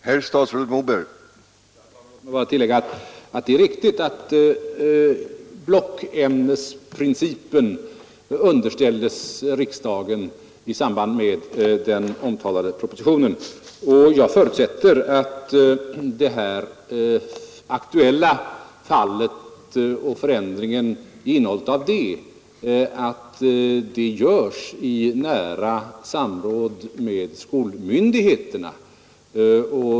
Herr talman! Låt mig bara tillägga att det är riktigt att blockämnesprincipen underställdes riksdagen i samband med den omtalade propositionen. Jag förutsätter att i det här aktuella fallet förändringen görs i nära samråd med skolmyndigheterna.